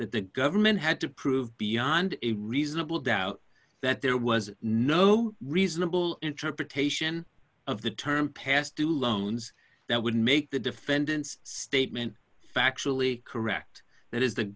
that the government had to prove beyond a reasonable doubt that there was no reasonable interpretation of the term past due loans that would make the defendants statement factually correct that is the